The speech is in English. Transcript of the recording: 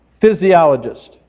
physiologist